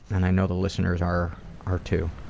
and i know the listeners are are too.